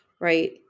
right